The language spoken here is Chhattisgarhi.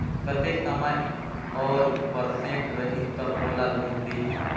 कतेक समय और परसेंट रही तब मोला लोन देही?